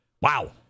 Wow